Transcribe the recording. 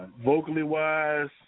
Vocally-wise